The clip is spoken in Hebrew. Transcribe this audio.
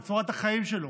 את צורת החיים שלו,